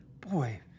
Boy